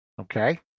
okay